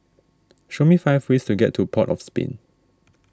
show me five ways to get to Port of Spain